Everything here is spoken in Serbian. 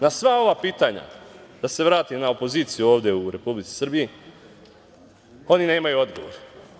Na sva ova pitanja, da se vratim na opoziciju ovde u Republici Srbiji, oni nemaju odgovor.